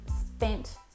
spent